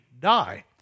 die